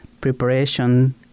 preparation